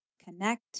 Connect